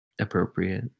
appropriate